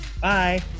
bye